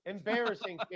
Embarrassing